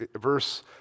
verse